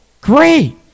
great